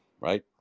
right